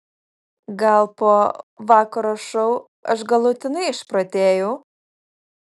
gal po vakaro šou aš galutinai išprotėjau